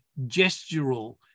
gestural